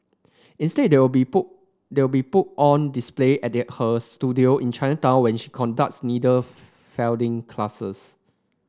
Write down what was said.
instead they will be put they will be put on display at her studio in Chinatown where she conducts needle felting classes